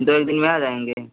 दो एक दिन में आ जाएँगे